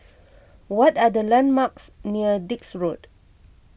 what are the landmarks near Dix Road